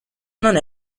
non